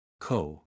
Co